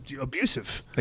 abusive